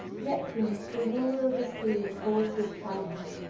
neptune, the ruler of the sea, holds his trident,